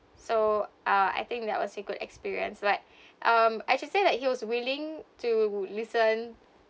so uh I think that was a good experience like um I should say that he was willing to listen